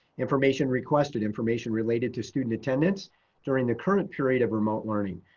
information requested information related to student attendance during the current period of remote learning.